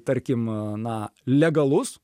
tarkim a na legalus